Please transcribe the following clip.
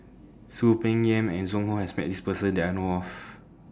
Soon Peng Yam and Zhu Hong has Met This Person that I know of